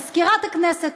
מזכירת הכנסת,